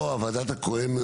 לא, ועדת הכהן.